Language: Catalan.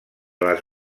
les